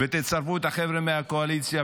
ותצרפו את החבר'ה מהקואליציה,